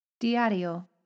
Diario